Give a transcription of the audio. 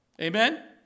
Amen